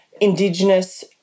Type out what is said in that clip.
Indigenous